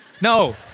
No